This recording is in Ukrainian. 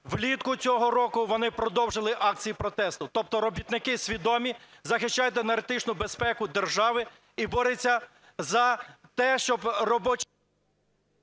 влітку цього року вони продовжили акції протесту. Тобто робітники свідомі, захищають енергетичну безпеку держави і борються за те, щоб…